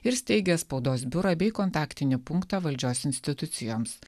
ir steigia spaudos biurą bei kontaktinį punktą valdžios institucijoms